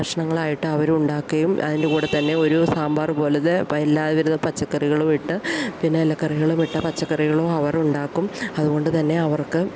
ഭക്ഷണങ്ങൾ ആയിട്ട് അവരുണ്ടാക്കുകയും അതിൻ്റെ കൂടെ തന്നെ ഒരു സാമ്പാറ് പോലത്തെ എല്ലാ വിധ പച്ചക്കറികളുവിട്ട് പിന്നെ ഇലക്കറികളും ഇട്ട പച്ചക്കറികളും അവരുണ്ടാക്കും അതുകൊണ്ട് തന്നെ അവർക്ക്